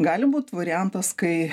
gali būt variantas kai